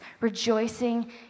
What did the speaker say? rejoicing